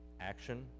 action